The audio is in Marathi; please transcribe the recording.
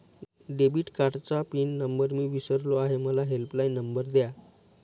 डेबिट कार्डचा पिन नंबर मी विसरलो आहे मला हेल्पलाइन नंबर द्या